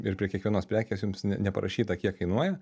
ir prie kiekvienos prekės jums ne neparašyta kiek kainuoja